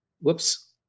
whoops